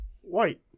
White